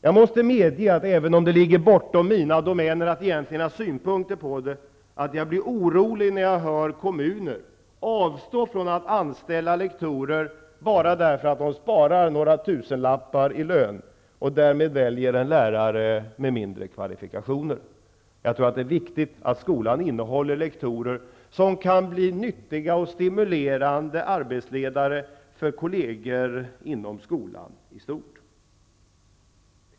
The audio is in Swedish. Jag måste medge, även om det ligger bortom mina domäner att ha synpunkter här, att jag blir orolig när jag hör att kommuner avstår från att anställa lektorer bara därför att man sparar in några tusenlappar på lönesidan. I stället väljer man en lärare som är mindre kvalificerad. Jag tror att det är viktigt att skolan innehåller lektorer, som kan bli nyttiga och stimulerande arbetsledare för kolleger inom skolan i stort.